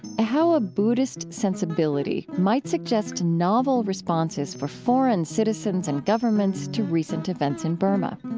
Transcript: how a buddhist sensibility might suggest novel responses for foreign citizens and governments to recent events in burma.